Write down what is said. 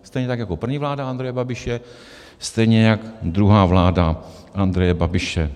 Stejně tak jako první vláda Andreje Babiše, stejně jak druhá vláda Andreje Babiše.